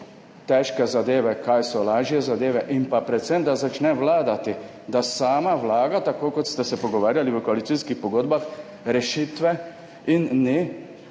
težke zadeve, kaj so lažje zadeve, in pa predvsem, da začne vladati, da sama vlaga, tako kot ste se pogovarjali v koalicijskih pogodbah, rešitve in ne